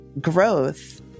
growth